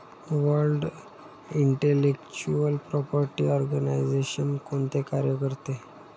World intellectual property organisation कोणते कार्य करते?